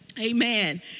Amen